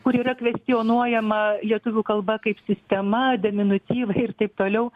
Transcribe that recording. kur yra kvestionuojama lietuvių kalba kaip sistema deminutyvai ir taip toliau